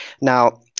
Now